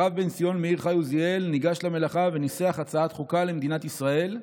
הרב בן ציון מאיר חי עוזיאל ניגש למלאכה וניסח הצעת חוקה למדינת ישראל.